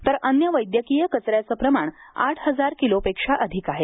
तर अन्य वैद्यकीय कचऱ्याचे प्रमाण आठ हजार किलोपेक्षा अधिक आहे